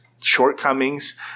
shortcomings